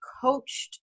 coached